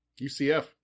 UCF